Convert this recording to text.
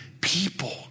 people